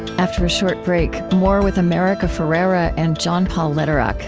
after a short break, more with america ferrera and john paul lederach.